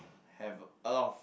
have a lot of